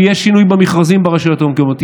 ויהיה שינוי במכרזים ברשויות המקומיות.